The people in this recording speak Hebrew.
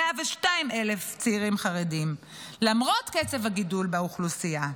102,000 צעירים חרדים למרות קצב הגידול באוכלוסייה.